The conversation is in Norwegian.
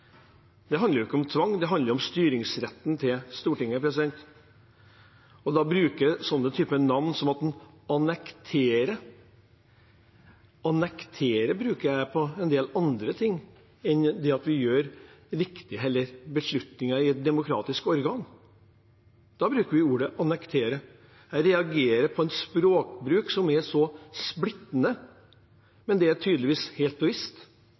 Det handler ikke om tvang; det handler om styringsretten til Stortinget. En bruker uttrykk som «annektere». «Annektere» bruker jeg om en del andre ting enn det at vi tar viktige beslutninger i et demokratisk organ. Jeg reagerer på en språkbruk som er splittende, men det er tydeligvis helt bevisst